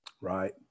right